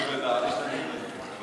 מי בעד ומי